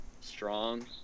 strong